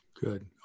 Good